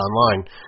online